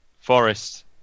Forest